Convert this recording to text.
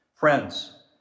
Friends